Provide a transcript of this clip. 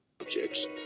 ...objects